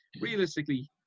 realistically